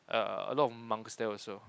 a lot of monks there also